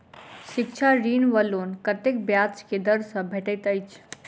शिक्षा ऋण वा लोन कतेक ब्याज केँ दर सँ भेटैत अछि?